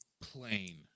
plain